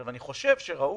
אני חושב שראוי